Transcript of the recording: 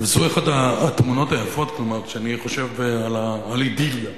זאת אחת התמונות היפות כשאני חושב על אידיליה